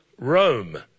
Rome